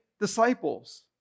disciples